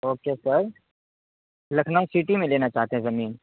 okay sir Lucknow city میں لینا چاہتے ہیں زمین